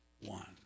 one